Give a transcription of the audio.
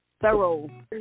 thorough